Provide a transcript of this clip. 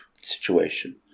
situation